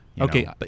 Okay